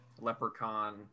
leprechaun